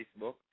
Facebook